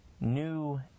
new